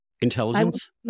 Intelligence